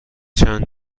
چند